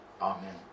Amen